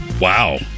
Wow